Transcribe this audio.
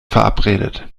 verabredet